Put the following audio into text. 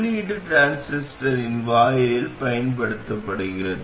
உள்ளீடு டிரான்சிஸ்டரின் வாயிலில் பயன்படுத்தப்படுகிறது